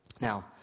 Now